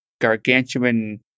gargantuan